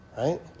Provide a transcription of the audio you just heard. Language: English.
right